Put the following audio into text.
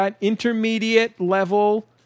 intermediate-level